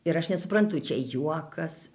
ir aš nesuprantu čia juokas